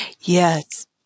Yes